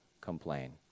complain